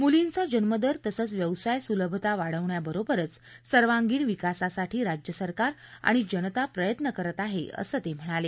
मुलींचा जन्मदर तसंच व्यवसाय सुलभता वाढवण्याबरोबरच सर्वांगीण विकासासाठी राज्य सरकार आणि जनता प्रयत्न करत आहे असं ते म्हणाले